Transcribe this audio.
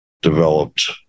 developed